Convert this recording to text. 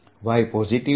Y positive છે